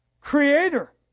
creator